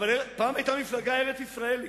אבל פעם היתה מפלגה ארץ-ישראלית,